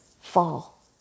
fall